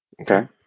Okay